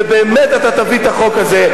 ובאמת אתה תביא את החוק הזה.